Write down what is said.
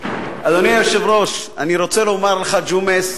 אדוני היושב-ראש, אני רוצה לומר לך, ג'ומס,